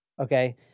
Okay